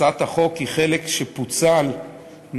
הצעת החוק היא חלק שפוצל מהצעת